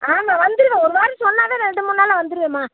ஆமாம் வந்துடுவேன் ஒரு வாரம்னு சொன்னாலும் ரெண்டு மூணு நாளில் வந்துடுவேம்மா